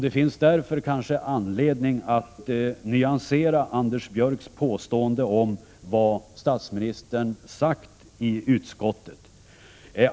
Det finns därför kanske anledning att nyansera Anders Björcks påstående om vad statsministern sagt i utskottet.